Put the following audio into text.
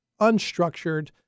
unstructured